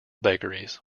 bakeries